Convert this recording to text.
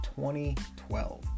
2012